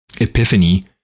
epiphany